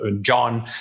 John